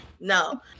No